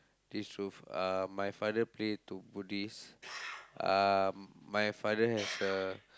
this truth uh my father pray to Buddhist uh my father has a